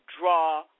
draw